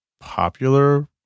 popular